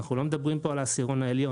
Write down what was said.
אנחנו לא מדברים פה על העשירון העליון,